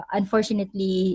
unfortunately